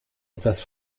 etwas